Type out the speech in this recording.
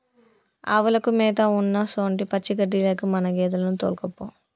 ఆవులకు మేత ఉన్నసొంటి పచ్చిగడ్డిలకు మన గేదెలను తోల్కపో